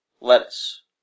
lettuce